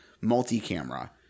multi-camera